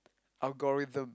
algorithm